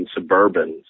suburbans